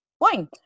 wine